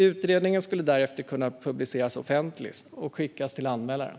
Utredningen skulle därefter kunna publiceras offentligt och skickas till anmälaren.